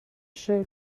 show